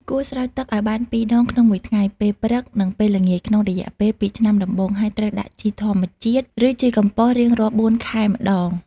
គួរស្រោចទឹកឲ្យបាន ២ ដងក្នុងមួយថ្ងៃ ពេលព្រឹក និងពេលល្ងាច ក្នុងរយៈពេល ២ ឆ្នាំដំបូង ហើយត្រូវដាក់ជីធម្មជាតិ ឬជីកំប៉ុស្តរៀងរាល់ ៤ ខែម្តង។